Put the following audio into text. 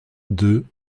deux